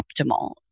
optimal